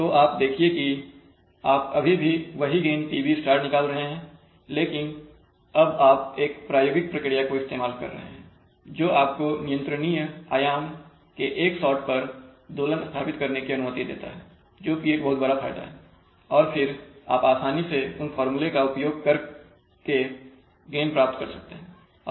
तो आप देखिए कि आप अभी भी वही गेन PB निकाल रहे हैं लेकिन अब आप एक प्रायोगिक प्रक्रिया का इस्तेमाल कर रहे हैं जो आपको नियंत्रणीय आयाम के एक शॉट पर दोलन स्थापित करने की अनुमति देता है जोकि एक बहुत बड़ा फायदा है और फिर आप आसानी से उन फार्मूले का उपयोग करके गेन प्राप्त कर सकते हैं